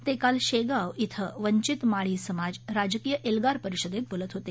ते काल शेगाव इथं वंचित माळी समाज राजकीय एल्गार परिषदेत बोलत होते